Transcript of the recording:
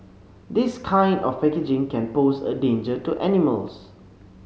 this kind of packaging can pose a danger to animals